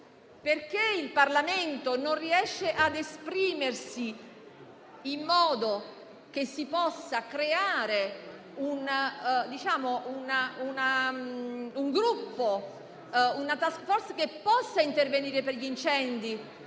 perché il Parlamento non riesca a esprimersi in modo che si possa creare un gruppo, una *task force* che possa intervenire per gli incendi.